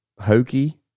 hokey